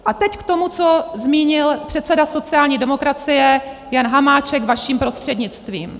A teď k tomu, co zmínil předseda sociální demokracie Jan Hamáček vaším prostřednictvím.